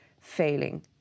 failing